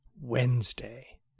Wednesday